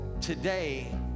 today